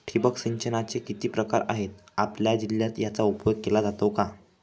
ठिबक सिंचनाचे किती प्रकार आहेत? आपल्या जिल्ह्यात याचा उपयोग केला जातो का?